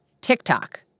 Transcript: TikTok